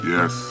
Yes